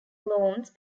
loans